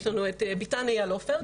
יש לנו את ביתן אייל עופר,